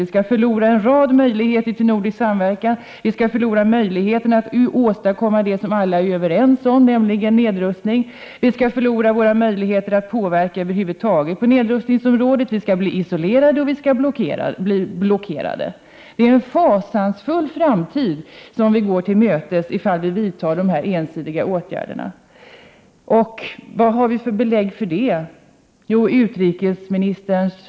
Vi skulle förlora en rad möjligheter till nordisk samverkan, vi skulle förlora möjligheten att åstadkomma det som alla är överens om, nämligen nedrustning, vi skulle förlora våra möjligheter att över huvud taget påverka på nedrustningsområdet, vi skulle bli isolerade och blockerade. Det är en fasansfull framtid vi går till mötes ifall vi vidtar dessa ensidiga åtgärder. Men vad har vi för belägg för att detta stämmer? Jo, utrikesministerns Prot.